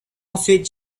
ensuite